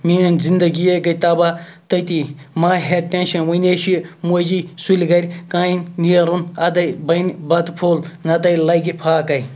میٛٲنۍ زندگی یے گٔے تباہ تٔتی مہ ہےٚ ٹٮ۪نشَن وٕنہِ چھِ موجی سُلہِ گَرِ کامہِ نیرُن اَدٕ بَنہِ بَتہٕ پھوٚل نَتہٕ لَگہِ پھاکہٕ